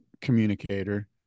communicator